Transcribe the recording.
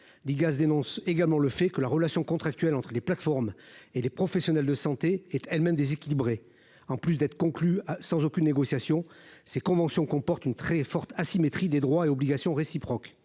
gaz dénonce également le fait que la relation contractuelle entre les plateformes et les professionnels de santé et elles-mêmes déséquilibré en plus d'être conclu sans aucune négociation, ces conventions comportent une très forte asymétrie des droits et obligations réciproques